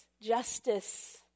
justice